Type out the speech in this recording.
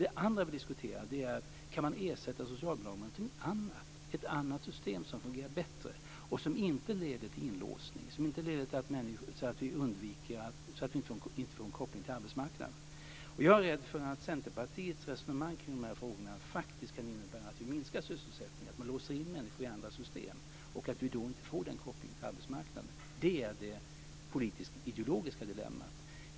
Det andra vi diskuterar är: Kan man ersätta socialbidrag med någonting annat, ett annat system som fungerar bättre, som inte leder till inlåsning där vi inte får en koppling till arbetsmarknaden? Jag är rädd att Centerpartiets resonemang kring de här frågorna faktiskt kan innebära att vi minskar sysselsättningen, att man låser in människor i andra system och att vi då inte får denna koppling till arbetsmarknaden. Det är det politisk-ideologiska dilemmat.